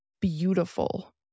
beautiful